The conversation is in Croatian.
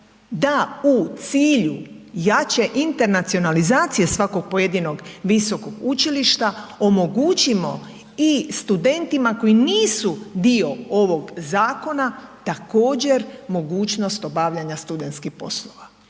da u cilju jače internacionalizacije svakog pojedinog visokog učilišta omogućimo i studentima koji nisu dio ovog zakona također mogućnost obavljanja studentskih poslova.